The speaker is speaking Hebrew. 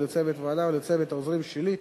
ולצוות הוועדה ולצוות העוזרים שלי,